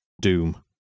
Doom